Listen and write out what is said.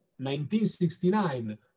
1969